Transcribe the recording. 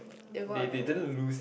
they go on their own